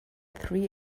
three